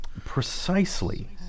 Precisely